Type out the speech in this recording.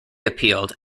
appealed